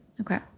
Okay